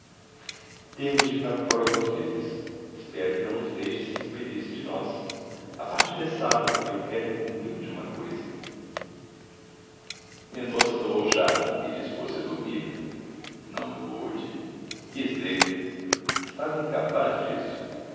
temos de ir para fora alguns meses espero que não nos deixe sem despedir-se de nós a partida é sábado e eu quero incumbi lo de uma coisa mendonça tomou chá e dispôs-se a dormir não pôde quis ler estava incapaz disso